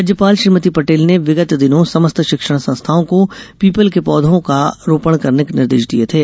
राज्यपाल श्रीमती पटेल ने विगत दिनों समस्त शिक्षण संस्थाओं को पीपल के पौधों का रोपण करने के निर्देश दिये थे